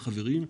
חברים,